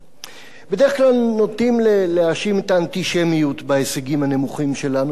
בדרך כלל נוטים להאשים את האנטישמיות בהישגים הנמוכים שלנו באולימפיאדה,